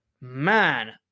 man